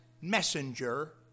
messenger